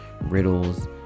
riddles